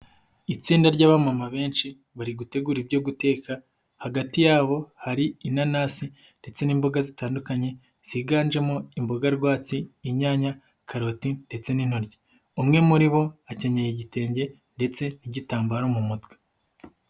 Itsinda ry'abamama benshi bari gutegura ibyo guteka, hagati yabo hari inanasi ndetse n'imboga zitandukanye ziganjemo: imboga rwatsi, inyanya, karoti ndetse n'intoryi, umwe muri bo akeneye igitenge ndetse n'igitambaro mu mutwe.